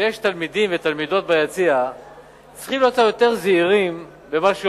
כשיש תלמידים ותלמידות ביציע צריכים להיות קצת יותר זהירים במה שאומרים.